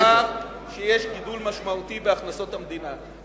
מאחר שיש גידול משמעותי בהכנסות המדינה,